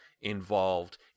involved